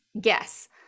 guess